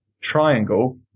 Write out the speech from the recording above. triangle